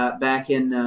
but back in,